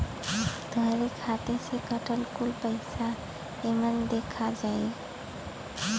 तोहरे खाते से कटल कुल पइसा एमन देखा जाई